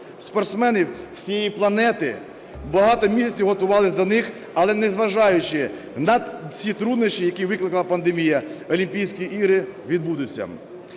Спортсмени всієї планети багато місяців готувались до них, але, незважаючи на всі труднощі, які викликала пандемія, Олімпійські ігри відбудуться.